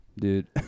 dude